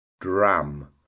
dram